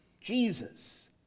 Jesus